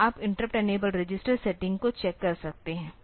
तो आप interrupt enabled register setting को चेक कर सकते हैं